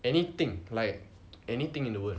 anything like anything in the world